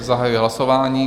Zahajuji hlasování.